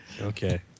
Okay